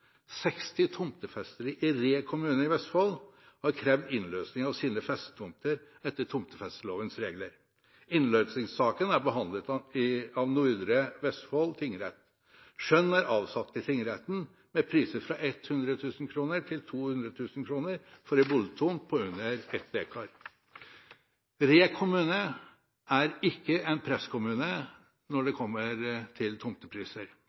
60 tomtefestere i Re kommune i Vestfold har krevd innløsning av sine festetomter etter tomtefestelovens regler. Innløsningssaken er behandlet av Nordre Vestfold tingrett. Skjønn er avsagt i tingretten med priser fra 100 000 kr til 200 000 kr for en boligtomt på under 1 dekar. Re kommune er ikke en presskommune når det gjelder tomtepriser.